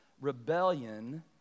Rebellion